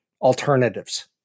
alternatives